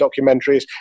documentaries